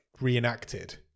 reenacted